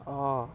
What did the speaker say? oh